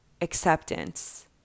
acceptance